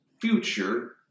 future